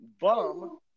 Bum